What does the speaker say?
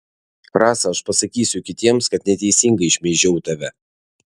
rasa aš pasakysiu kitiems kad neteisingai šmeižiau tave